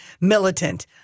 militant